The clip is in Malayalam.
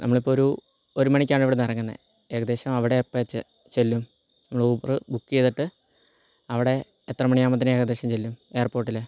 നമ്മളിപ്പോൾ ഒരു ഒരു മണിക്കാണിവിടെന്ന് ഇറങ്ങുന്നത് ഏകദേശം അവിടെ എപ്പോൾ ചെ ചെല്ലും നിങ്ങൾ ഊബറ് ബുക്ക് ചെയ്തിട്ട് അവിടെ എത്ര മണിയാകുമ്പോഴ്ത്തേന് ഏകദേശം ചെല്ലും എയർപോട്ടിൽ